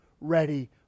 ready